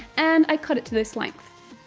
and i cut it to this length.